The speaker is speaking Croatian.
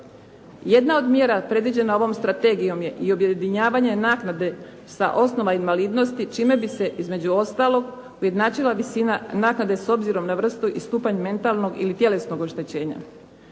Jedna od mjera predviđena ovom strategijom je i objedinjavanje naknade sa osnova invalidnosti s čime bi se između ostaloga ujednačila visina naknade s obzirom na vrstu i stupanj mentalnog ili tjelesnog oštećenja.